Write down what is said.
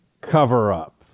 cover-up